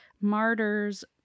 Martyrs